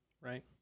Right